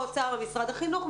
האוצר למשרד החינוך,